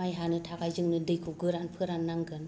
माइ हानो थाखाय जोंनो दैखौ गोरान फोरान नांगोन